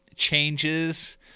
Changes